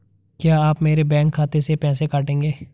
क्या आप मेरे बैंक खाते से पैसे काटेंगे?